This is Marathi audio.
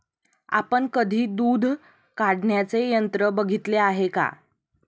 आपण कधी दूध काढण्याचे यंत्र बघितले आहे का?